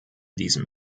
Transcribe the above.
diesem